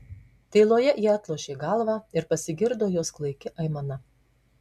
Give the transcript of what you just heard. tyloje ji atlošė galvą ir pasigirdo jos klaiki aimana